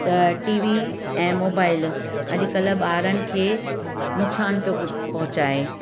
त TV ऐं mobile अॼुकल्ह ॿारनि खे नुक़सानु पियो प पहुचाए